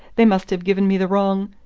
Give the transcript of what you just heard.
they must have given me the wrong!